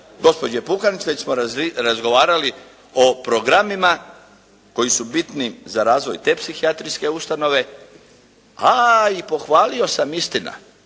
gospođe Pukanić već smo razgovarali o programima koji su bitni za razvoj te psihijatrijske ustanove, a i pohvalio sam istina